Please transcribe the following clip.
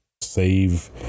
Save